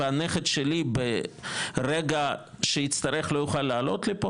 והנכד שלי ברגע שהצטרך לא יוכל לעלות פה?